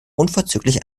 unverzüglich